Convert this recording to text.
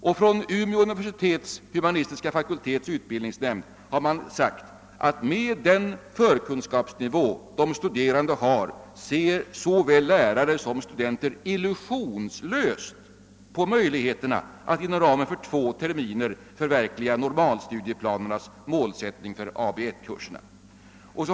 Och från Umeå universitets humanistiska fakultets utbildningsnämnd har uttalats att med den förkunskapsnivå som de studerande har ser såväl lärare som studenter illusionslöst på möjligheterna att inom ramen för två terminer förverkliga normalstudieplanernas målsättning för AB 1-kurserna.